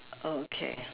okay